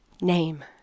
name